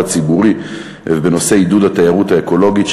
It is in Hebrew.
הציבורי ובנושא עידוד התיירות האקולוגית,